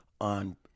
on